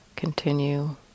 Continue